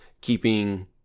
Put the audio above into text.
keeping